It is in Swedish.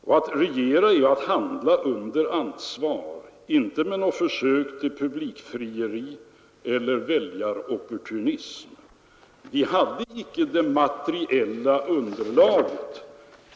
Och att regera är att handla under ansvar, utan väljaropportunism och utan försök till publikfrieri. Och vi hade inte det materiella underlaget.